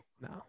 No